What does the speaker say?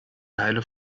teile